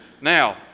Now